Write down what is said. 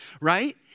right